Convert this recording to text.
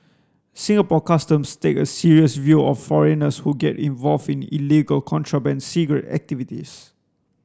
Singapore Customs takes a serious view of foreigners who get involved in illegal contraband cigarette activities